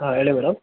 ಹಾಂ ಹೇಳಿ ಮೇಡಮ್